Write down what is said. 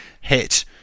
hit